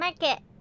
Market